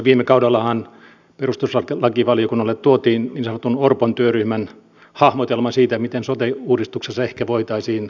viime kaudellahan perustuslakivaliokunnalle tuotiin niin sanotun orpon työryhmän hahmotelma siitä miten sote uudistuksessa ehkä voitaisiin edetä